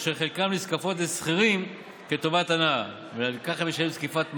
אשר חלקן נזקפות לשכירים כטובת הנאה ובשל כך כהכנסה חייבת במס.